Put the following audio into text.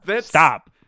Stop